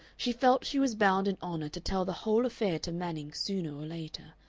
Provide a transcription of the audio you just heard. she felt she was bound in honor to tell the whole affair to manning sooner or later.